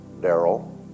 Daryl